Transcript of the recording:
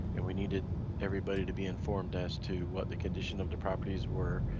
and we needed everybody to be informed as to what the condition of the properties were,